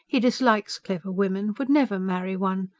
he dislikes clever women. would never marry one.